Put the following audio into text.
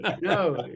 No